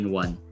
one